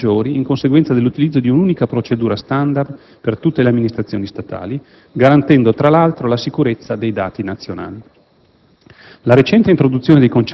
economie di bilancio sempre maggiori, in conseguenza dell'utilizzo di un'unica procedura *standard* per tutte le Amministrazioni statali, garantendo, tra l'altro, la sicurezza dei dati nazionali.